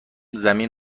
زمین